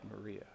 Maria